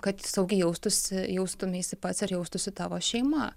kad saugiai jaustųsi jaustumeisi pats ir jaustųsi tavo šeima